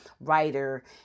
writer